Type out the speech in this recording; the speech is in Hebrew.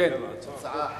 הצעה אחרת.